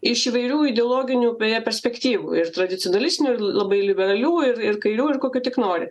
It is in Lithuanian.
iš įvairių ideologinių beje perspektyvų ir tradicionalistinių labai liberalių ir ir kairiųjų ir kokių tik nori